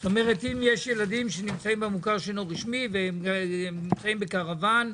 זאת אומרת שאם יש ילדים שנמצאים במוכר שאינו רשמי והם נמצאים בקרוון,